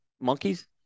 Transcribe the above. Monkeys